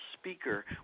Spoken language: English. speaker